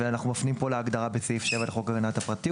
ואנחנו מפנים פה להגדרה בסעיף 7 לחוק הגנת הפרטיות,